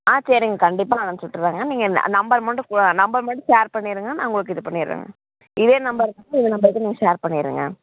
ஆ சரிங்க கண்டிப்பாக நான் அனுப்ச்சு உட்ருவேங்க நீங்கள் ந நம்பர் மட்டும் நம்பர் மட்டும் ஷேர் பண்ணியிருங்க நான் உங்களுக்கு இது பண்ணிடறேங்க இதே நம்பர் இதே நம்பருக்கே நீங்கள் ஷேர் பண்ணியிருங்க